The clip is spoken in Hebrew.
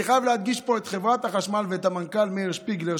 אני חייב להדגיש פה את חברת החשמל ואת המנכ"ל מאיר שפיגלר,